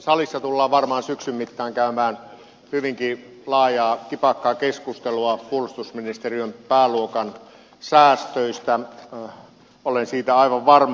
salissa tullaan varmaan syksyn mittaan käymään hyvinkin laajaa kipakkaa keskustelua puolustusministeriön pääluokan säästöistä olen siitä aivan varma